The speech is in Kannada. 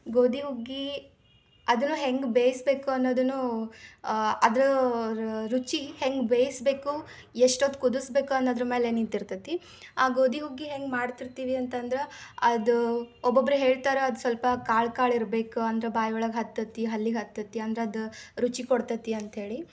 ಗೋಧಿ ಹುಗ್ಗಿ ಅದನ್ನು ಹೆಂಗೆ ಬೇಯಿಸ್ಬೇಕು ಅನ್ನುವುದನ್ನೂ ಅದರ ರುಚಿ ಹೆಂಗೆ ಬೇಯಿಸ್ಬೇಕು ಎಷ್ಟೊತ್ತು ಕುದಸ್ಬೇಕು ಅನ್ನೋದ್ರ ಮೇಲೆ ನಿಂತಿರ್ತತಿ ಆ ಗೋಧಿ ಹುಗ್ಗಿ ಹೆಂಗೆ ಮಾಡ್ತಿರ್ತೀವಿ ಅಂತಂದ್ರೆ ಅದು ಒಬ್ಬೊಬ್ರು ಹೇಳ್ತಾರೆ ಅದು ಸ್ವಲ್ಪ ಕಾಳು ಕಾಳು ಇರ್ಬೇಕು ಅಂದ್ರೆ ಬಾಯಿಯೊಳಗೆ ಹತ್ತತ್ತೆ ಹಲ್ಲಿಗೆ ಹತ್ತತ್ತೆ ಅಂದ್ರೆ ಅದು ರುಚಿ ಕೊಡ್ತತ್ತಿ ಅಂತ ಹೇಳಿ